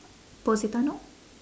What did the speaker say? positano